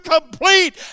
complete